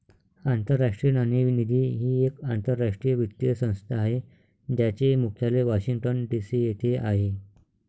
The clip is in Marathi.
आंतरराष्ट्रीय नाणेनिधी ही एक आंतरराष्ट्रीय वित्तीय संस्था आहे ज्याचे मुख्यालय वॉशिंग्टन डी.सी येथे आहे